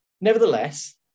Nevertheless